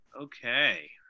Okay